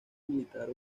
militar